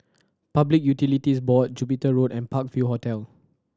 Public Utilities Board Jupiter Road and Park View Hotel